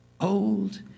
old